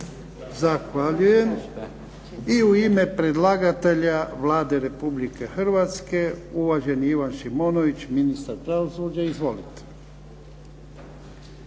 Zahvaljujem. I u ime predlagatelja Vlade Republike Hrvatske, uvaženi Ivan Šimonović, ministar pravosuđa. Izvolite.